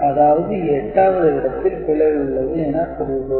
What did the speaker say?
அதாவது 8 ஆவது இடத்தில் பிழை உள்ளது என பொருள்படும்